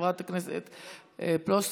חברת הכנסת פלוסקוב.